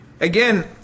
Again